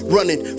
Running